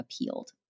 appealed